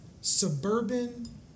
suburban